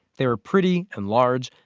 they were pretty and large,